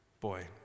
boy